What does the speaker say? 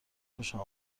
خوشم